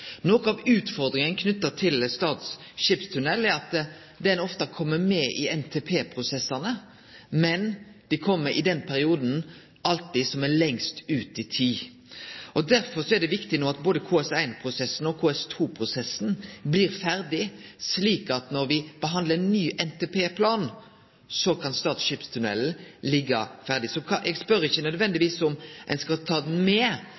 Noko av utfordringa knytt til Stad skipstunnel er at han ofte kjem med i NTP-prosessane, men det kjem alltid i den perioden som er lengst ut i tid. Derfor er det viktig at både KS1-prosessen og KS2-prosessen blir ferdige, slik at når vi behandlar ein ny NTP-plan, så kan Stad skipstunnel liggje ferdig. Eg spør ikkje nødvendigvis om ein skal ta han med,